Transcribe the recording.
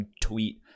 tweet